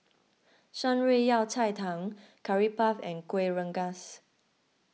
Shan Rui Yao Cai Tang Curry Puff and Kuih Rengas